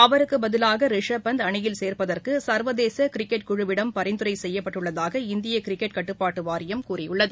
அவருக்கு பதிலாக ரிஷப் பந்த் அணியில் சேர்ப்பதற்கு சர்வதேச கிரிக்கெட் குழுவிடம் பரிந்துரை செய்யப்பட்டுள்ளதாக இந்திய கிரிக்கெட் கட்டுப்பாட்டு வாரியம் கூறியுள்ளது